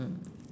mm